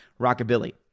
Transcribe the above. rockabilly